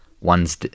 One's